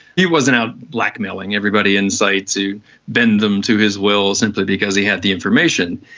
he wasn't out blackmailing everybody in sight to bend them to his will simply because he had the information,